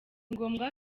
ngombwa